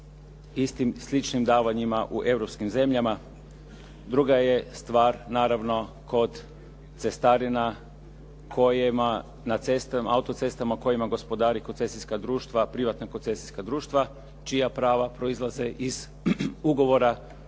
i sličnim davanjima u europskim zemljama. Druga je stvar naravno kod cestarina kojima na auto-cestama kojima gospodari koncesijska društva, privatna koncesijska društva čija prava proizlaze iz ugovora